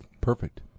Perfect